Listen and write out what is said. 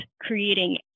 creating